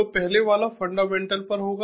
तो पहले वाला फंडामेंटल पर होगा